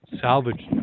salvage